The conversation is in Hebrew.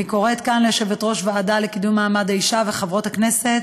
אני קוראת כאן ליושבת-ראש הוועדה לקידום מעמד האישה ולחברות הכנסת